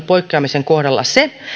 poikkeamisen kohdalla se